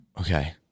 okay